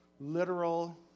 literal